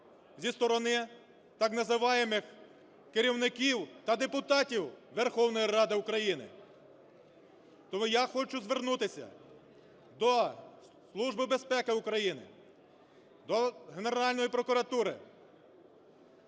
зі сторони так называемых керівників та депутатів Верховної Ради України. Тому я хочу звернутися до Служби безпеки України, до Генеральної прокуратури